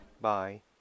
bye